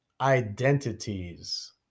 identities